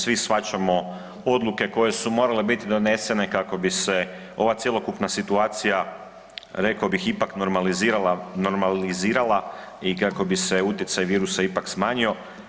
Svi shvaćamo odluke koje su morale biti donesene kako bi se ova cjelokupna situacija rekao bih ipak normalizirala i kako bi se utjecaj virusa ipak smanjio.